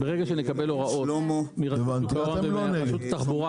שברגע שנקבל מרשות שוק ההון ומרשות התחבורה